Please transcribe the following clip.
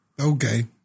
Okay